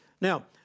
Now